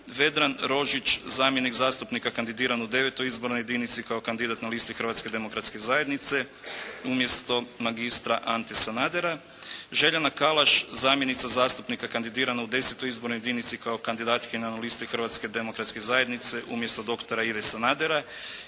Vedran Rožić zamjenik zastupnika kandidiran u IX. izbornoj jedinici kao kandidat na listi Hrvatske demokratske zajednice umjesto magistra Ante Sanadera, Željana Kalaš zamjenica zastupnika kandidirana u X. izbornoj jedinici kao kandidatkinja na listi Hrvatske demokratske zajednice umjesto doktora Ive Sanadera,